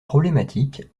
problématique